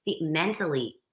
mentally